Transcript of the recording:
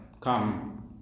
come